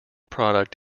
product